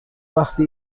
وقتی